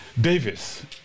davis